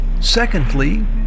Secondly